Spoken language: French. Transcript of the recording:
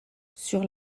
sur